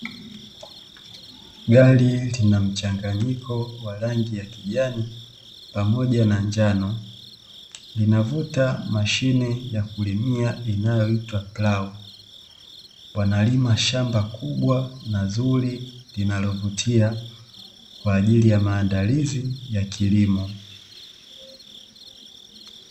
Gari linamchanganyiko wa rangi ya kijani pamoja na njano linavuta mashine ya kulimia inayoitwa plau, wanalima shamba kubwa na zuri linalovutia kwa ajili ya maandalizi ya kilimo.